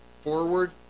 forward